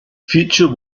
future